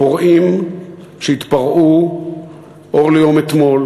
הפורעים שהתפרעו אור ליום אתמול,